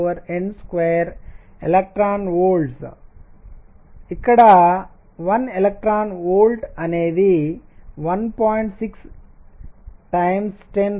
6n2 eV electron వోల్ట్లు ఇక్కడ 1 electron volt అనేది 1